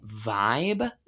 vibe